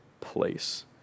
place